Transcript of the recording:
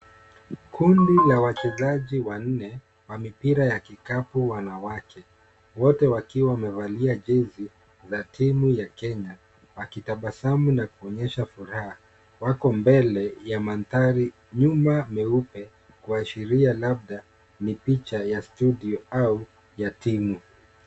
Kundi la wachezaji wanne wa mipira wa kikapu wanawake, wote wakiwa wamevalia jezi za timu ya Kenya, wakitabasamu na kuonyesha furaha, wako mbele ya mandhari nyuma meupe kuashiria labda ni picha ya studio au ya timu.